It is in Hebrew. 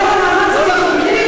זה חשוב?